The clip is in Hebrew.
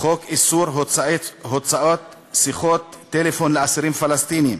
חוק איסור הוצאות שיחות טלפון לאסירים פלסטינים,